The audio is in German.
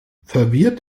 verwirrt